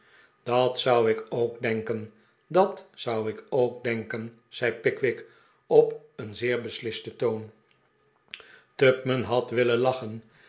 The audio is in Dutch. dat zou ik ook d'enken dat zou ik ook denken zei pickwick op een zeer beslisten toon tupman had willen lachen